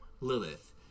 Lilith